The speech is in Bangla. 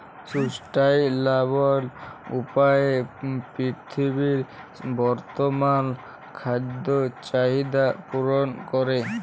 সুস্টাইলাবল উপায়ে পীরথিবীর বর্তমাল খাদ্য চাহিদ্যা পূরল ক্যরে